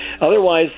Otherwise